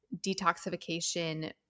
detoxification